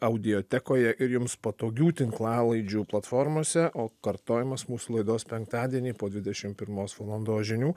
audiotekoje ir jums patogių tinklalaidžių platformose o kartojimas mūsų laidos penktadienį po dvidešimt pirmos valandos žinių